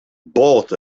both